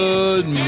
Good